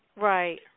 Right